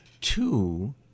Two